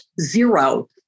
zero